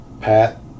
Pat